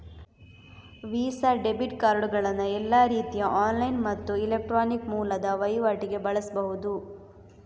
visa debit ಕಾರ್ಡುಗಳನ್ನ ಎಲ್ಲಾ ರೀತಿಯ ಆನ್ಲೈನ್ ಮತ್ತು ಎಲೆಕ್ಟ್ರಾನಿಕ್ ಮೂಲದ ವೈವಾಟಿಗೆ ಬಳಸ್ಬಹುದು